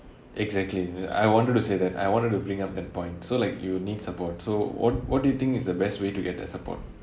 exactly I wanted to say that I wanted to bring up that point so like you will need support so what what do you think is the best way to get that support